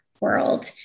world